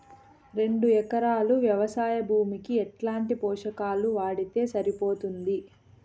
రెండు ఎకరాలు వ్వవసాయ భూమికి ఎట్లాంటి పోషకాలు వాడితే సరిపోతుంది?